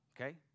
Okay